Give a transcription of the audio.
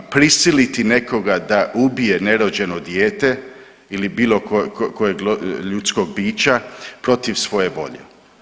Prisiliti nekoga da ubije nerođeno dijete ili bilo kojeg ljudskog bića protiv svoje volje.